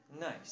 Nice